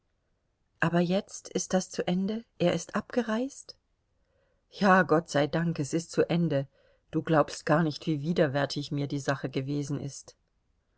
aber jetzt ist das zu ende er ist abgereist ja gott sei dank es ist zu ende du glaubst gar nicht wie widerwärtig mir die sache gewesen ist